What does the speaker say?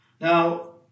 Now